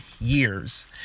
years